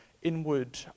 inward